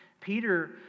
Peter